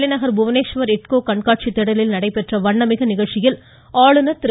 தலைநகர் புவனேஷ்வர் இட்கோ கண்காட்சித் திடலில் நடைபெற்ற வண்ணமிகு நிகழ்ச்சியில் ஆளுநர் திரு